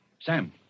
Sam